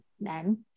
Men